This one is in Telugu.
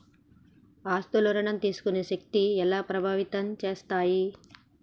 ఆస్తుల ఋణం తీసుకునే శక్తి ఎలా ప్రభావితం చేస్తాయి?